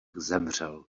zemřel